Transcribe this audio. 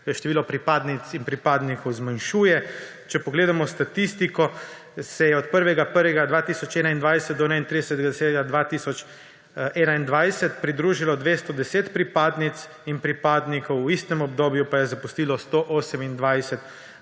število pripadnikov in pripadnic zmanjšuje. Če pogledamo statistiko, se je od 1. 1. 2021 do 31. 10. 2021 pridružilo 210 pripadnic in pripadnikov; v istem obdobju pa jo je zapustilo 128 pripadnic